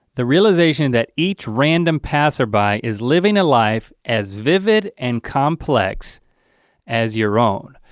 the realization that each random passerby is living a life as vivid and complex as your own.